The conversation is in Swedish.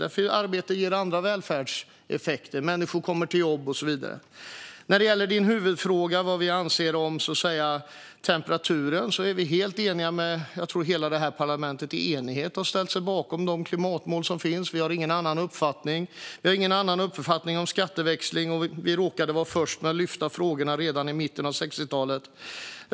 Arbete ger nämligen andra välfärdseffekter - människor kommer i jobb och så vidare. När det gäller huvudfrågan, det vill säga vad vi anser om temperaturen, står vi bakom de klimatmål som hela det här parlamentet - tror jag - är enigt om. Vi har ingen annan uppfattning. Vi har ingen annan uppfattning om skatteväxling, och vi råkade vara först med att lyfta frågorna redan i mitten av 60-talet.